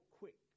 quick